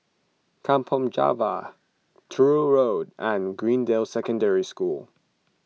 Kampong Java Truro Road and Greendale Secondary School